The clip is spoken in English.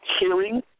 hearing